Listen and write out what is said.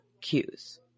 cues